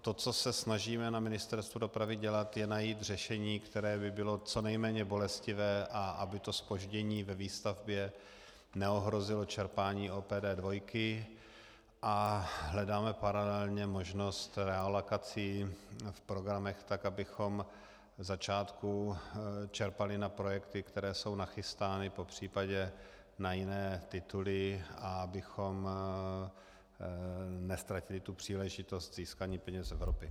To, co se snažíme na Ministerstvu dopravy dělat, je najít řešení, které by bylo co nejméně bolestivé, a aby to zpoždění ve výstavbě neohrozilo čerpání OPD dvojky a hledáme paralelně možnost realokací v programech tak, abychom v začátku čerpali na projekty, které jsou nachystány, popř. na jiné tituly, a abychom neztratili tu příležitost k získání peněz z Evropy.